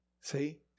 See